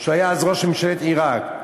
כשהוא היה ראש ממשלת עיראק.